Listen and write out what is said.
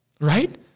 right